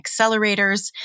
accelerators